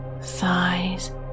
thighs